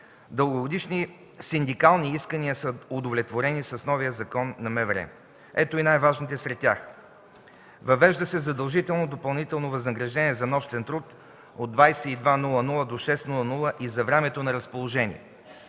Дългогодишни синдикални искания са удовлетворени с новия Закон за МВР. Ето и най-важните сред тях. Въвежда се задължително допълнително възнаграждение за нощен труд от 22,00 до 6,00 ч. и за времето на разположение.